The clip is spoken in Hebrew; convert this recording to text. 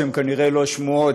שהן כנראה לא שמועות,